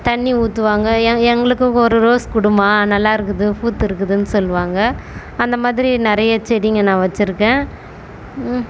தண்ணி ஊற்றுவாங்க எ எங்களுக்கு ஒரு ரோஸ் கொடும்மா நல்லா இருக்குது பூத்திருக்குதுனு சொல்லுவாங்க அந்த மாதிரி நிறையா செடிங்க நான் வச்சுருக்கேன்